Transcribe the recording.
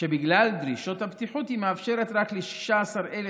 שבגלל דרישות הבטיחות היא מאפשרת רק ל-16,000